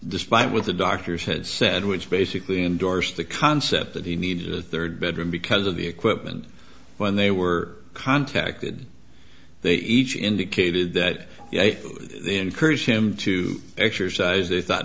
despite what the doctor said send which basically endorsed the concept that he needed a third bedroom because of the equipment when they were contacted they each indicated that they encouraged him to exercise they thought